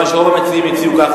מכיוון שרוב המציעים הציעו כך,